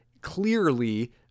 clearly